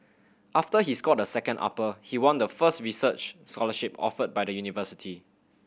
after he scored a second upper he won the first research scholarship offered by the university